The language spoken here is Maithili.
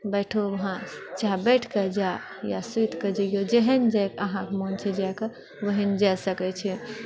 बैठूँ हँ चाहे बैठके जाउ या सुतिके जइऔ जहन अहाँ जाइके मन छै जाइके ओएहमे जा सकए छिऐ